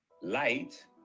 light